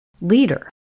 leader